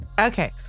Okay